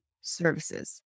services